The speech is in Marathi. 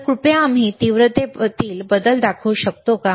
तर कृपया आम्ही तीव्रतेतील बदल दाखवू शकतो का